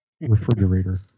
refrigerator